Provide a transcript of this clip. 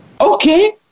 Okay